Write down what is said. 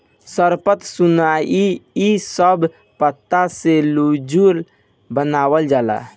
सरपत, सनई इ सब पत्ता से लेजुर बनावाल जाला